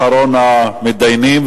אחרון המתדיינים,